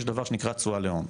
יש דבר שנקרא: תשואה לאום.